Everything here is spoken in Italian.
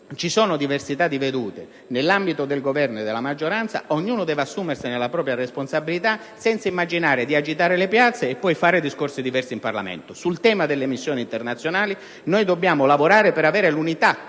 ci sono diversità di vedute nell'ambito del Governo e della maggioranza, ognuno deve assumersi la propria responsabilità, senza immaginare di agitare le piazze e poi fare discorsi diversi in Parlamento. Sul tema delle missioni internazionali dobbiamo lavorare per avere l'unità